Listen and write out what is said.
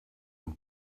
een